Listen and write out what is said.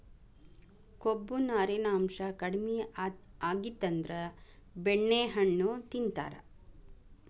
ಕೊಬ್ಬು, ನಾರಿನಾಂಶಾ ಕಡಿಮಿ ಆಗಿತ್ತಂದ್ರ ಬೆಣ್ಣೆಹಣ್ಣು ತಿಂತಾರ